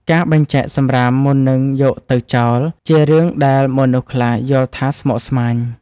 ការបែងចែកសម្រាមមុននឹងយកទៅចោល ជារឿងដែលមនុស្សខ្លះយល់ថាស្មុគស្មាញ។